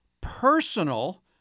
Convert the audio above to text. personal